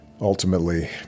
ultimately